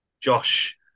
Josh